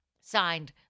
Signed